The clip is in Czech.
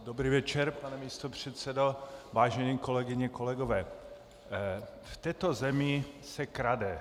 Dobrý večer, pane místopředsedo, vážené kolegyně, kolegové, v této zemi se krade.